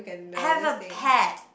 have a pet